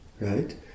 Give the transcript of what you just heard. right